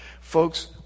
folks